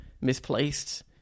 misplaced